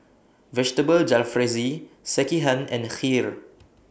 Vegetable Jalfrezi Sekihan and Kheer